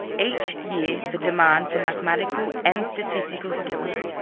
each year the demand for mathematical and statistical skills,